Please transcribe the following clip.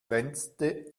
glänzte